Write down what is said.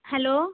hello